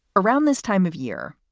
around this time of year,